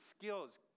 skills